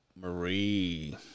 Marie